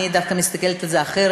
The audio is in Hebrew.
אני דווקא מסתכלת על זה אחרת.